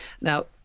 Now